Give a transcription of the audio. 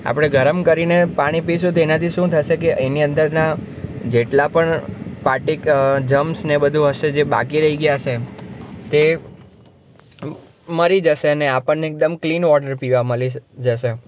આપણે ગરમ કરીને પાણી પીશું તો એનાથી શું થશે કે એની અંદરના જેટલા પણ જમ્સ ને એ બધું હશે જે બાકી રહી ગયા હશે તે મરી જશે ને આપણને એકદમ ક્લીન વોટર પીવા મળી જશે